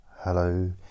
Hello